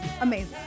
amazing